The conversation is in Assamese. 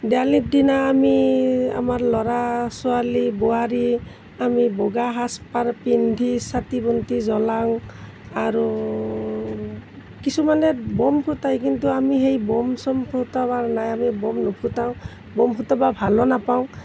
দেৱালীৰ দিনা আমি আমাৰ ল'ৰা ছোৱালী বোৱাৰী আমি বগা সাজপাৰ পিন্ধি চাকি বন্তি জ্বলাওঁ আৰু কিছুমানে ব'ম ফুটায় কিন্তু আমি সেই ব'ম চ'ম ফুটাবৰ নাই আমি ব'ম নুফুটাওঁ ব'ম ফুটাব ভালো নাপাওঁ